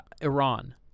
Iran